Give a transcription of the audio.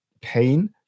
pain